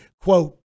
quote